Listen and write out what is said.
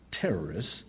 terrorists